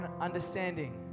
understanding